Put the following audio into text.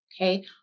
Okay